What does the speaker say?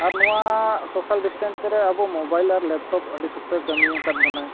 ᱟᱨ ᱱᱚᱣᱟ social distance ᱨᱮ ᱟᱵᱚ ᱢᱳᱵᱟᱭᱤᱞ ᱟᱨ ᱞᱮᱯᱴᱚᱯ ᱟᱹᱰᱤ ᱥᱚᱠᱛᱚᱭ ᱠᱟᱹᱢᱤ ᱟᱠᱟᱫ ᱵᱚᱱᱟᱭ